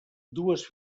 dues